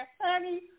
Honey